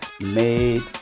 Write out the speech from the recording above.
made